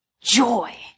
Joy